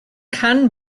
can